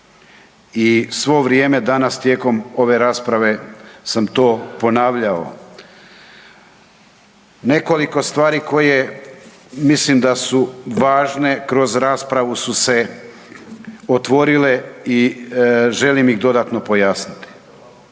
I svo vrijeme danas tijekom ove rasprave sam to ponavljao. Nekoliko stvari koje mislim da su važne kroz raspravu su se otvorile i želim ih dodatno pojasniti.